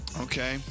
Okay